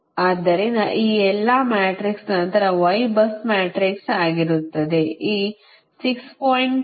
ಆದ್ದರಿಂದ ಈ ಎಲ್ಲಾ ಮ್ಯಾಟ್ರಿಕ್ಸ್ ನಂತರ Ybus ಮ್ಯಾಟ್ರಿಕ್ಸ್ ಆಗಿರುತ್ತದೆ ಈ 6